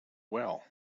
well